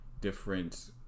different